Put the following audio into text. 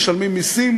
משלמים מסים,